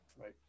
Right